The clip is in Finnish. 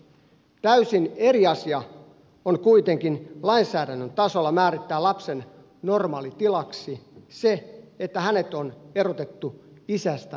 täysin eri asia on kuitenkin lainsäädännön tasolla määrittää lapsen normaalitilaksi se että hänet on erotettu isästä ja äidistä